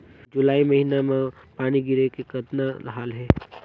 जुलाई महीना म पानी गिरे के कतना हाल हे?